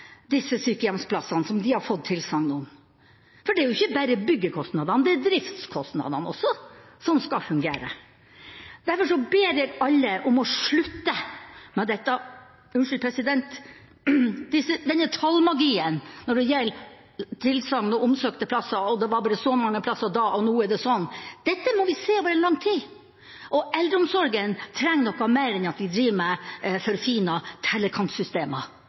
disse sykehjemsplassene som de har fått tilsagn om? For det er ikke bare byggekostnadene som skal fungere, det er driftskostnadene også. Derfor ber jeg alle om å slutte med denne tallmagien når det gjelder tilsagn og omsøkte plasser, og at det bare var så mange plasser da, og nå er det sånn. Dette må vi se over lang tid. Eldreomsorgen trenger noe mer enn at vi driver med forfina tellekantsystemer. Vi må tenke bredere og bedre, for